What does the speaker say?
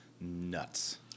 nuts